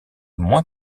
moins